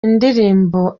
indirimbo